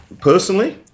personally